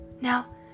Now